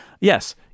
yes